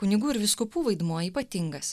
kunigų ir vyskupų vaidmuo ypatingas